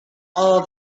all